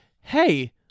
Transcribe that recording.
hey